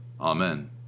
Amen